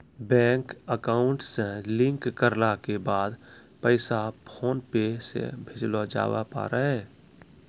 bank account से link करला के बाद पैसा फोनपे से भेजलो जावै पारै